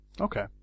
Okay